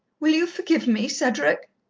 will you forgive me, cedric?